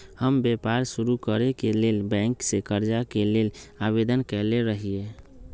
हम व्यापार शुरू करेके लेल बैंक से करजा के लेल आवेदन कयले रहिये